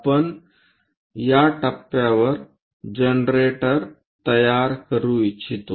आपण या टप्प्यावर जनरेटर तयार करू इच्छितो